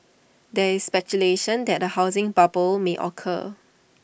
there is speculation that A housing bubble may occur